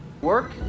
work